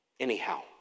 Anyhow